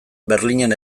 berlinen